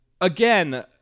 again